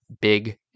big